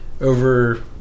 over